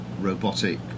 robotic